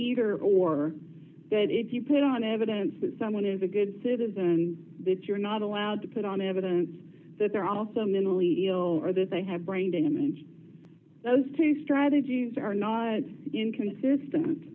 either or that if you put on evidence that someone is a good citizen that you're not allowed to put on evidence that they're also mentally ill or that they have brain damage those tapes try to g s are not inconsistent